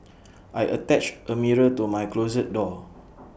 I attached A mirror to my closet door